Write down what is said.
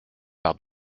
par